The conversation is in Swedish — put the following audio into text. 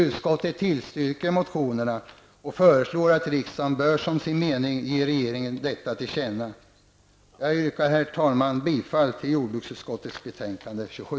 Utskottet tillstyrker motionerna och föreslår att riksdagen som sin mening ger regeringen detta till känna. Jag yrkar, herr talman, bifall till utskottets hemställan i jordbruksutskottets betänkande 27.